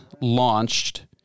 launched